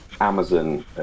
Amazon